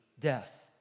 death